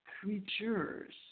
creatures